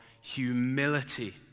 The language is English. humility